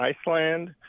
Iceland